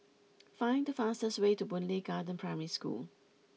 find the fastest way to Boon Lay Garden Primary School